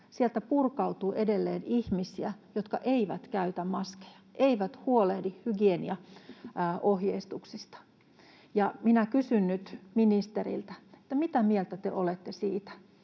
purkautuu edelleen ihmisiä, jotka eivät käytä maskeja, eivät huolehdi hygieniaohjeistuksista. Minä kysyn nyt ministeriltä, mitä mieltä te olette siitä,